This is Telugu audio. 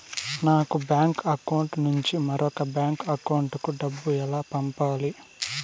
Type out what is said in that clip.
ఒక బ్యాంకు అకౌంట్ నుంచి మరొక బ్యాంకు అకౌంట్ కు డబ్బు ఎలా పంపాలి